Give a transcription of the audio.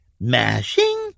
Mashing